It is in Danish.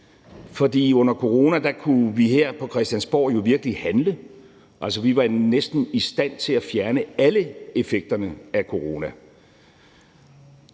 for under corona kunne vi her på Christiansborg jo virkelig handle; altså, vi var næsten i stand til at fjerne alle effekterne af corona.